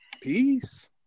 Peace